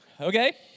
Okay